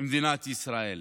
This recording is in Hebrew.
מדינת ישראל.